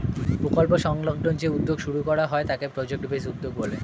প্রকল্প সংলগ্ন যে উদ্যোগ শুরু করা হয় তাকে প্রজেক্ট বেসড উদ্যোগ বলে